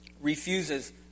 refuses